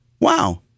wow